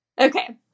Okay